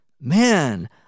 man